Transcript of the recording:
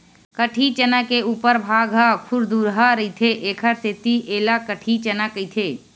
कटही चना के उपर भाग ह खुरदुरहा रहिथे एखर सेती ऐला कटही चना कहिथे